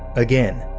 again,